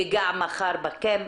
ייגע מחר בכם.